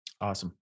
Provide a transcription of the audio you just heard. Awesome